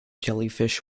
jellyfish